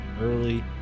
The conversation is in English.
early